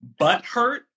butthurt